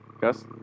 Gus